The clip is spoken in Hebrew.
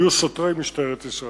היה שוטרי משטרת ישראל.